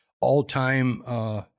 all-time